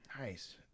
Nice